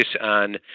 on